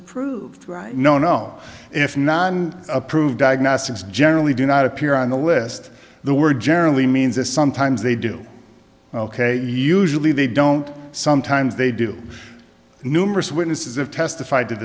approved no no if not approved diagnostics generally do not appear on the list the word generally means that sometimes they do ok usually they don't sometimes they do numerous witnesses have testified